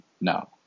No